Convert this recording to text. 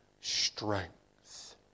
strength